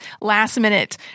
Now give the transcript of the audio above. last-minute